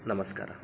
नमस्कारः